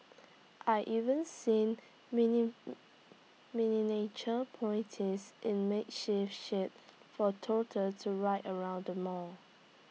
I even seen mini miniature ponies in makeshift sheds for toddler to ride around the mall